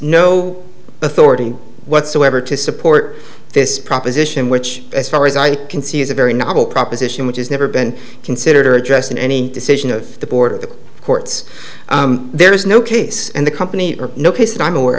no authority whatsoever to support this proposition which as far as i can see is a very novel proposition which is never been considered are addressed in any decision of the board of the courts there is no case and the company no case that i'm aware